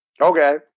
Okay